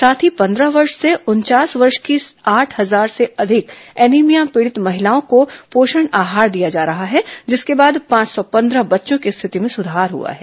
साथ ही पंद्रह वर्ष से उनचास वर्ष की आठ हजार से अधिक एनीमिया पीड़ित महिलाओं को पोषण आहार दिया जा रहा है जिसके बाद पांच सौ पंद्रह बच्चों की स्थिति में सुधार हुआ है